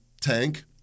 tank